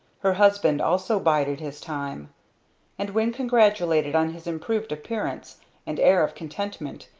her husband also bided his time and when congratulated on his improved appearance and air of contentment,